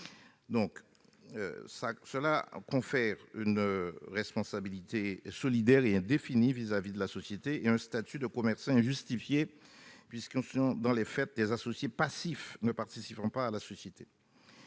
leur confère une responsabilité solidaire et indéfinie vis-à-vis de la société et un statut de commerçant qui est injustifié, puisqu'ils ne sont, dans les faits, que des associés passifs ne participant pas à l'activité.